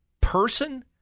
person